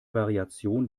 variation